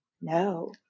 no